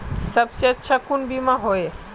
सबसे अच्छा कुन बिमा होय?